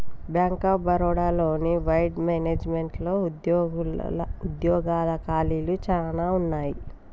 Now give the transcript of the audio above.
bank of Baroda లోని వెడ్ మేనేజ్మెంట్లో ఉద్యోగాల ఖాళీలు చానా ఉన్నయి